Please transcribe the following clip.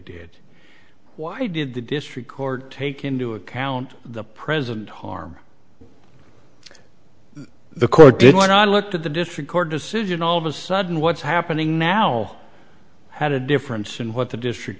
did why did the district court take into account the present harm the court did when i looked at the district court decision all of a sudden what's happening now had a difference in what the district